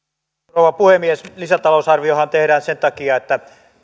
rouva puhemies lisätalousarviohan tehdään sen takia että